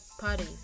party